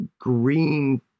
green